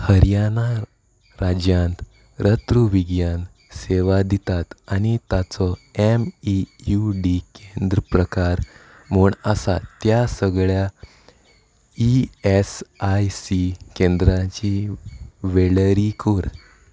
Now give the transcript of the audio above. हरियाना राज्यांत रथ्रुविज्ञान सेवा दितात आनी ताचो एम ई यू डी केंद्र प्रकार म्हूण आसा त्या सगळ्या ई एस आय सी केंद्रांची वळेरी कर